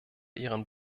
ihren